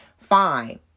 Fine